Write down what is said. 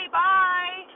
bye